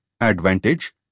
advantage